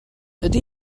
ydy